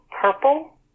purple